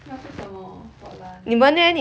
要吃什么 for lunch